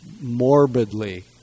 Morbidly